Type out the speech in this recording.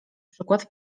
przykład